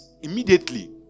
immediately